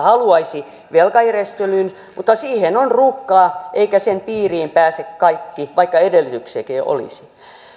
haluaisi velkajärjestelyyn mutta siihen on ruuhkaa eivätkä sen piiriin pääse kaikki vaikka edellytyksiäkin olisi